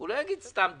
הוא לא יגיד סתם דברים.